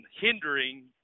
hindering